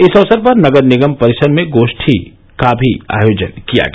इस अवसर पर नगर निगम परिसर में गो ठी का भी आयोजन किया गया